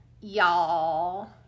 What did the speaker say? y'all